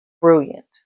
Brilliant